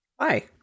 hi